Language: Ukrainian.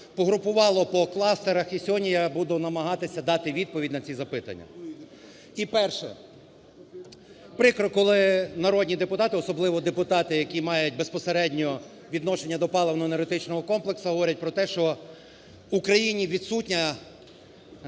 погрупувало по кластерах і сьогодні я буду намагатися дати відповідь на ці запитання. І перше. Прикро, коли народні депутати, особливо депутати, які мають безпосередньо відношення до паливно-енергетичного комплексу, говорять про те, що в Україні відсутній